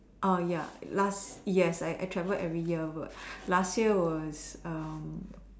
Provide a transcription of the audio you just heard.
orh ya last yes I I travel every year but last year was um